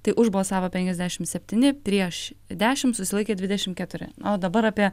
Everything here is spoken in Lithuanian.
tai už balsavo penkiasdešim septyni prieš dešim susilaikė dvidešim keturi na o dabar apie